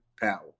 power